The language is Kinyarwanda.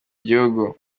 gihugu